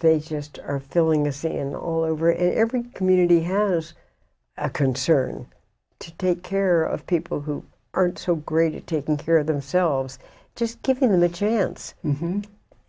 they just are filling a say in all over every community has a concern to take care of people who aren't so great at taking care of themselves just given the chance